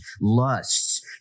lusts